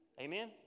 Amen